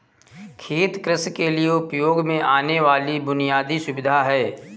खेत कृषि के लिए उपयोग में आने वाली बुनयादी सुविधा है